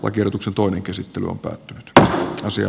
oikeutuksen tuoda käsittelyaltaat tai osia